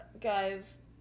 guys